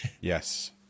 Yes